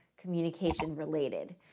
communication-related